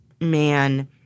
man